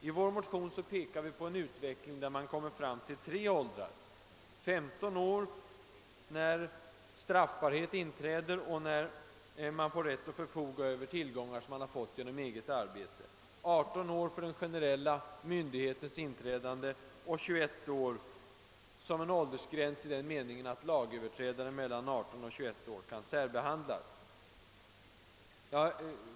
I vår motion pekar vi på en utveckling mot tre åldersgränser — 15 år, när straffbarhet inträder och man får rätt att förfoga över tillgångar som man erhållit genom eget arbete, 18 år för den generella myndighetens inträdande och 21 år som en åldersgräns i den meningen att lagöverträdare mellan 18 och 21 år kan särbehandlas.